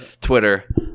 Twitter